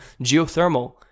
geothermal